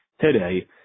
today